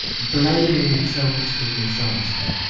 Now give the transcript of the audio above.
blaming themselves for the disaster,